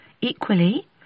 equally